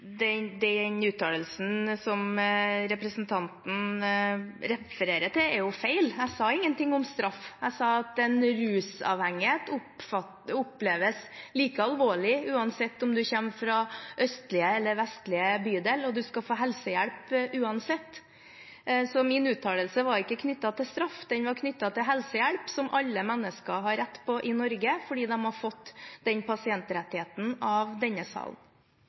Den uttalelsen som representanten refererer til, er feil. Jeg sa ingen ting om straff. Jeg sa at en rusavhengighet oppleves like alvorlig uansett om man kommer fra en østlig eller vestlig bydel, og man skal få helsehjelp uansett. Min uttalelse var ikke knyttet til straff. Den var knyttet til helsehjelp, som alle mennesker har rett på i Norge fordi de har fått den pasientrettigheten av denne salen.